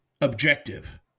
objective